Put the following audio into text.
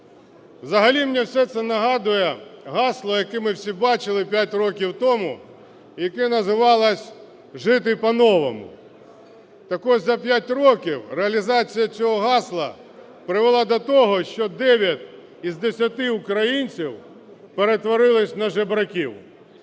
Взагалі мені все це нагадує гасло, яке ми всі бачили 5 років тому, яке називалося "жити по-новому". Так от за 5 років реалізація цього гасла призвела до того, що 9 із 10 українців перетворилися на жебраків.